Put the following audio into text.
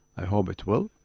i hope it will,